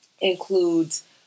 includes